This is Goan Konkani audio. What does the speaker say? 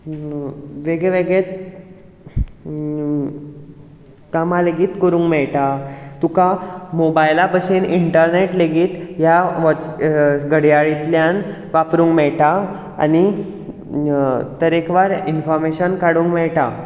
वेगळेवेगळे अम कामां लेगीत करूंक मेळटा तुका मोबायला भाशेन इंटर्नेट लेगीत ह्या घड्याळींतल्यान वापरूंक मेळटा आनी तरेकवार इन्फोर्मेशन काडूंक मेळटा